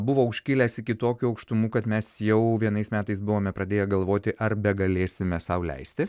buvo užkilęs iki tokių aukštumų kad mes jau vienais metais buvome pradėję galvoti ar begalėsime sau leisti